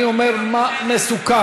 אני אומר מה מסוכם,